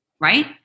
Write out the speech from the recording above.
right